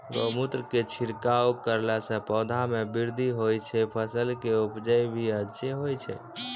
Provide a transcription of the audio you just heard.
गौमूत्र केरो छिड़काव करला से पौधा मे बृद्धि होय छै फसल के उपजे भी अच्छा होय छै?